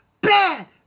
Bad